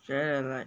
like